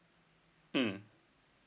mm